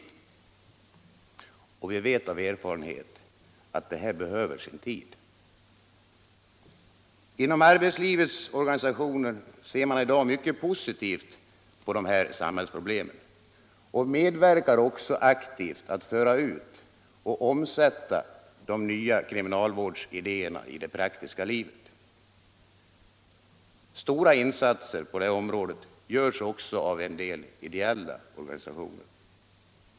Och vi vet av erfarenhet att detta behöver sin tid. Inom arbetslivets organisationer ser man i dag mycket positivt på dessa samhällsproblem och medverkar också aktivt att föra ut och omsätta de nya kriminalvårdsidéerna i det praktiska livet. Stora insatser på detta område görs också av en del ideella organisationer.